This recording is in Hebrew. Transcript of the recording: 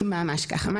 ממש ככה, בול.